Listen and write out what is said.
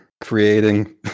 creating